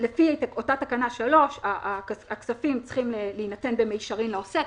שלפי אותה תקנה 3 הכספים צריכים להינתן במישרין לעוסק,